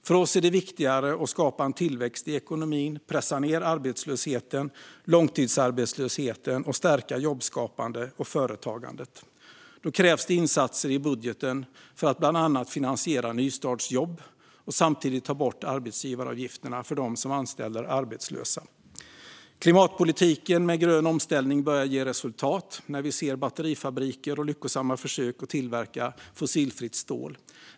För oss är det viktigaste att skapa en tillväxt i ekonomin, att pressa ned arbetslösheten och långtidsarbetslösheten och att stärka jobbskapande och företagande. Då krävs insatser i budgeten för att bland annat finansiera nystartsjobb och samtidigt ta bort arbetsgivaravgifterna för dem som anställer arbetslösa. Klimatpolitiken med grön omställning börjar ge resultat när vi ser batterifabriker och lyckosamma försök att tillverka fossilfritt stål.